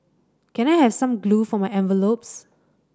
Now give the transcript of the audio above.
can I have some glue for my envelopes